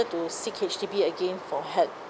to seek H_D_B again for help